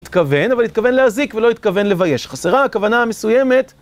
התכוון, אבל התכוון להזיק ולא התכוון לבייש, חסרה הכוונה המסוימת.